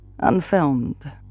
unfilmed